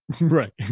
Right